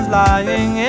lying